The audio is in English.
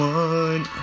one